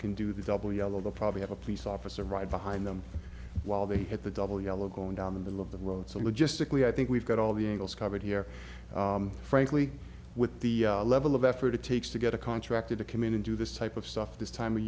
can do the double yellow they'll probably have a police officer right behind them while they hit the double yellow going down the middle of the road so logistically i think we've got all the angles covered here frankly with the level of effort it takes to get a contractor to commune and do this type of stuff this time of